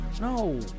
no